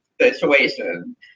situation